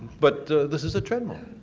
but this is a treadmill.